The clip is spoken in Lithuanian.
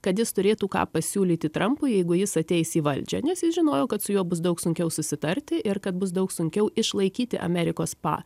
kad jis turėtų ką pasiūlyti trampui jeigu jis ateis į valdžią nes jis žinojo kad su juo bus daug sunkiau susitarti ir kad bus daug sunkiau išlaikyti amerikos pa